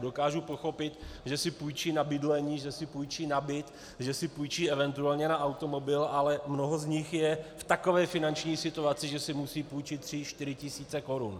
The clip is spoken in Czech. Dokážu pochopit, že si půjčí na bydlení, že si půjčí na byt, že si půjčí eventuálně na automobil, ale mnoho z nich je v takové finanční situaci, že si musí půjčit tři, čtyři tisíce korun.